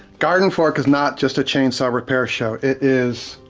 gardenfork is not just a chainsaw repair show. it is,